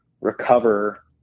recover